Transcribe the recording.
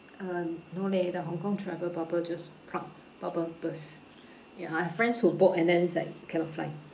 uh no leh the hong kong travel bubble just bubble burst ya I have friends who bought and then it's like cannot fly